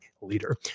leader